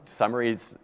summaries